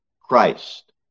Christ